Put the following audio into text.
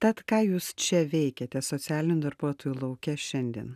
tad ką jūs čia veikiate socialinių darbuotojų lauke šiandien